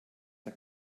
der